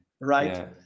Right